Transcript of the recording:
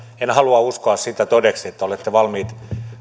en halua uskoa todeksi sitä että olette valmiit